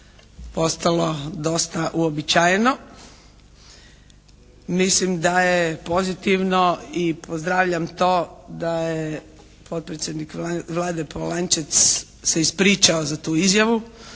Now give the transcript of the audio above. postalo dosta uobičajeno. Mislim da je pozitivno i pozdravljam to da je potpredsjednik Vlade Polančec se ispričao za tu izjavu.